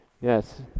Yes